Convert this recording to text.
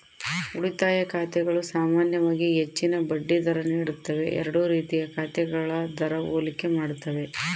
ಉಳಿತಾಯ ಖಾತೆಗಳು ಸಾಮಾನ್ಯವಾಗಿ ಹೆಚ್ಚಿನ ಬಡ್ಡಿ ದರ ನೀಡುತ್ತವೆ ಎರಡೂ ರೀತಿಯ ಖಾತೆಗಳ ದರ ಹೋಲಿಕೆ ಮಾಡ್ತವೆ